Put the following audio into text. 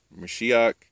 Mashiach